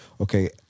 Okay